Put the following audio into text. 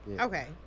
Okay